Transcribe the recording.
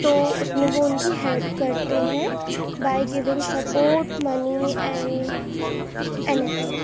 تو اس میں وہ ان کی ہیلپ کرتے ہیں by giving support money and every thing